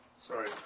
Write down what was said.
Sorry